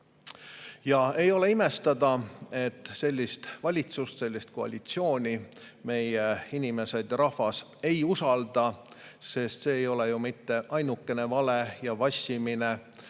sai. Ei ole imestada, et sellist valitsust, sellist koalitsiooni meie inimesed ja rahvas ei usalda, sest see ei ole ju mitte ainukene vale ja vassimine,